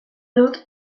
dut